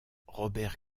robert